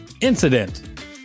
incident